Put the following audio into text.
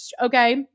Okay